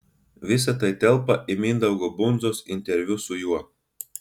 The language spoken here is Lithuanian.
visa tai telpa į mindaugo bundzos interviu su juo